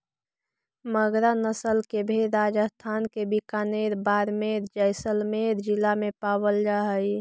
मगरा नस्ल के भेंड़ राजस्थान के बीकानेर, बाड़मेर, जैसलमेर जिला में पावल जा हइ